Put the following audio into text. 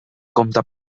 compte